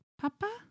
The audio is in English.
Papa